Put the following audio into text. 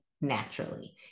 naturally